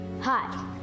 Hi